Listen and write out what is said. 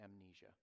amnesia